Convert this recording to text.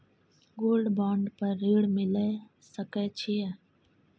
Gold bond पर ऋण मिल सके छै?